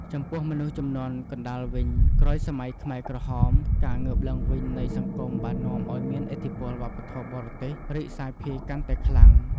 ចំពោះមនុស្សជំនាន់កណ្ដាលវិញ ក្រោយសម័យខ្មែរក្រហម ការងើបឡើងវិញនៃសង្គមបាននាំឲ្យមានឥទ្ធិពលវប្បធម៌បរទេសរីកសាយភាយកាន់តែខ្លាំង។